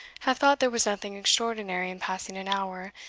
have thought there was nothing extraordinary in passing an hour,